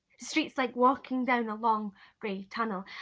street is like walking down a long gray tunnel.